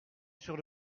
sur